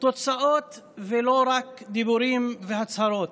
תוצאות ולא רק דיבורים והצהרות.